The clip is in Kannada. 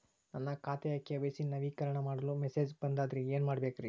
ನನ್ನ ಖಾತೆಯ ಕೆ.ವೈ.ಸಿ ನವೇಕರಣ ಮಾಡಲು ಮೆಸೇಜ್ ಬಂದದ್ರಿ ಏನ್ ಮಾಡ್ಬೇಕ್ರಿ?